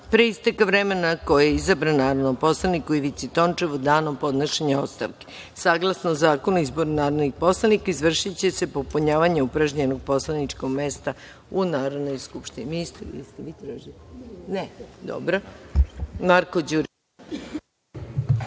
pre isteka vremena na koje je izabran, narodnom poslaniku Ivici Tončevu, danom podnošenja ostavke. Saglasno Zakonu o izboru narodnih poslanika, izvršiće se popunjavanje upražnjenog poslaničkog mesta u Narodnoj skupštini. Reč